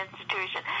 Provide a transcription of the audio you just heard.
institution